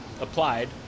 applied